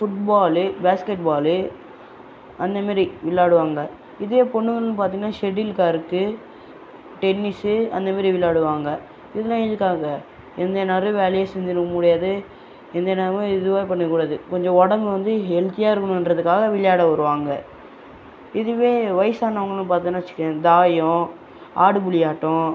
football basketball அந்த மேரி விளையாடுவாங்க இதுவே பொண்ணுங்கன்னு பார்த்தீங்கன்னா ஷெடில் கார்க்கு டென்னிஸு அந்த மேரி விளையாடுவாங்க இதெலாம் எதற்காக எந்த நேரமும் வேலையே செஞ்சிகிட்டு இருக்க முடியாது எந்த நேரமும் இதுவே பண்ணக்கூடாது கொஞ்சம் உடம்பு வந்து ஹெல்த்தியாக இருக்கணுன்றதுக்காக விளையாட வருவாங்க இதுவே வயசானவங்கள்னு பார்த்தோன்னா வச்சுக்கோங்க தாயம் ஆடுபுலி ஆட்டம்